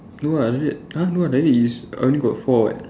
no ah like that ha no like this is only got four what